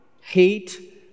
hate